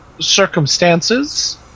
circumstances